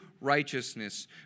righteousness